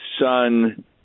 Son